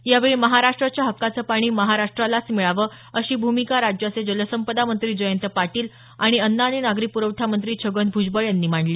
यावेळी महाराष्ट्राच्या हक्काचं पाणी महाराष्ट्रालाच मिळावं अशी भूमिका राज्याचे जलसंपदा मंत्री जयंत पाटील आणि अन्न आणि नागरी पुरवठा मंत्री छगन भ्जबळ यांनी मांडली